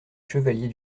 chevaliers